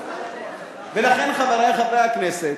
ולכן, חברי חברי הכנסת,